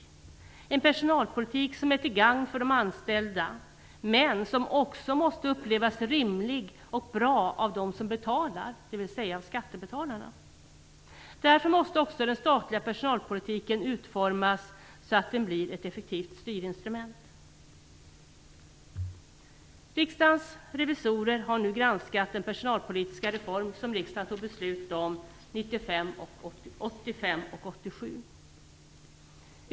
Det skall vara en personalpolitik som är till gagn för de anställda men som också måste upplevas som bra och rimlig av dem som betalar, dvs. skattebetalarna. Därför måste också den statliga personalpolitiken utformas så att den blir ett effektivt styrinstrument. Riksdagens revisorer har nu granskat den personalpolitiska reform som riksdagen fattade beslut om 1985 och 1987.